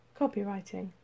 copywriting